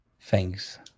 Thanks